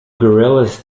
guerrillas